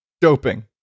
doping